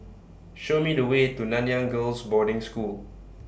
Show Me The Way to Nanyang Girls' Boarding School